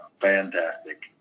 fantastic